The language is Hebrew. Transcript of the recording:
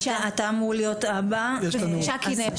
אתה אמור להיות הבא, אז רק רגע.